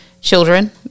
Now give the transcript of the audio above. children